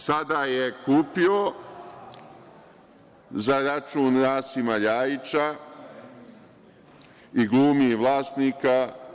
Sada je kupio za račun Rasima Ljajića i glumi vlasnika.